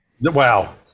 Wow